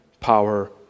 power